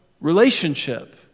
relationship